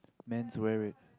man's wear it